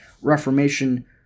Reformation